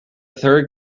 third